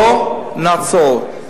לא נעצור.